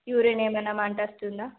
urine ఏమైన మంట వస్తుందా